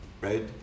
right